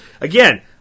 Again